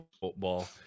football